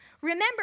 Remember